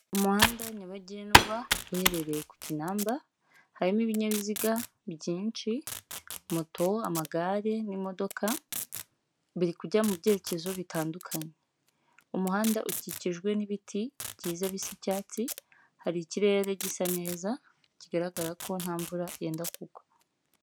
Umuhanda nyabagendwa uherereye ku kinamba, harimo ibinyabiziga byinshi, moto, amagare n'imodoka, biri kujya mu byerekezo bitandukanye. Umuhanda ukikijwe n'ibiti byiza bisa icyatsi, hari ikirere gisa neza kigaragara ko nta mvura yenda kugwa.